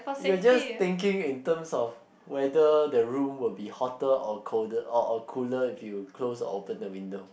you are just thinking in terms of whether the room will be hotter or colder or or cooler if you close or open the window